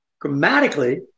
grammatically